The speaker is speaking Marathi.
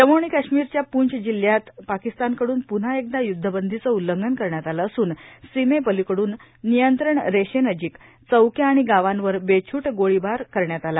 जम्मू आणि काश्मीरच्या पूँछ जिल्ह्यात पाकिस्तानकडून प्रव्हा एकदा युद्धबंदीचं उल्लंघन करण्यात आलं असून सीमेपलिकडून नियंत्रण रेषेनजिक चौक्या आणि गावांवर बेछूट गोळीबार करण्यात आला